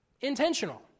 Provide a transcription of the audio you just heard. intentional